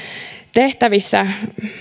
tehtävissä